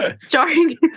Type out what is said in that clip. starring